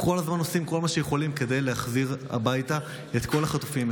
כל הזמן עושים כל מה שיכולים כדי להחזיר הביתה את כל החטופים,